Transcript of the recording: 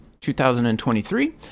2023